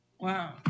Wow